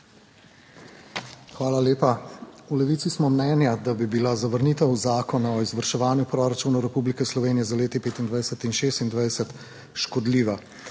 Hvala lepa. V Levici smo mnenja, da bi bila zavrnitev Zakona o izvrševanju proračunov Republike Slovenije za leti 2025 in 2026 škodljiva.